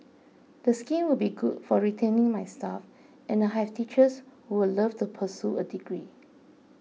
the scheme would be good for retaining my staff and I have teachers who would love to pursue a degree